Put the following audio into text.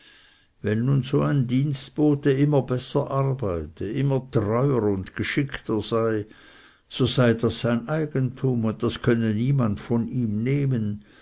wenn nun so ein dienstbote immer besser arbeite immer treuer und geschickter sei so sei das sein eigentum und das könne niemand von ihm nehmen